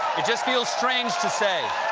it just feels strange to say.